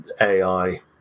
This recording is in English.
AI